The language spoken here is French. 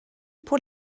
pour